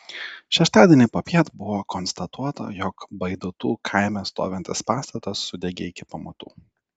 šeštadienį popiet buvo konstatuota jog baidotų kaime stovintis pastatas sudegė iki pamatų